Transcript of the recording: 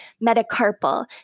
metacarpal